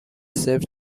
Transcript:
صفر